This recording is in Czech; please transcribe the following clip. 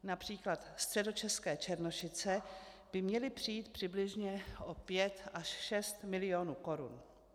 Například středočeské Černošice by měly přijít přibližně o pět až šest milionů korun.